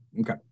Okay